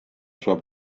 sua